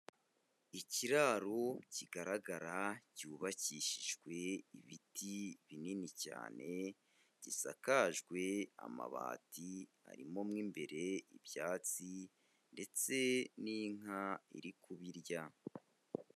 Ikiraro kigaragara cyubakishijwe ibiti binini cyane, gisakajwe amabati arimo mo imbere ibyatsi, ndetse n'inka iri kubirya.